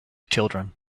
children